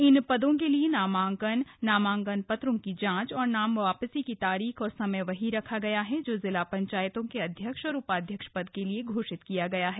इन पदो के लिए नामांकन नामांकन पत्रों की जांच और नाम वापसी की तिथि और समय वही रखा गया है जो जिला पंचायतों के अध्यक्ष और उपाध्यक्ष पद के लिए घोषित किया गया है